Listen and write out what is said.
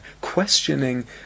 questioning